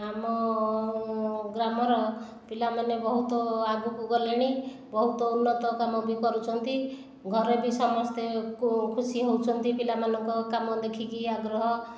ଆମ ଗ୍ରାମର ପିଲାମାନେ ବହୁତ ଆଗକୁ ଗଲେଣି ବହୁତ ଉନ୍ନତ କାମ ବି କରୁଛନ୍ତି ଘରେ ବି ସମସ୍ତେ ଖୁସି ହେଉଛନ୍ତି ପିଲାମାନଙ୍କ କାମ ଦେଖିକି ଆଗ୍ରହ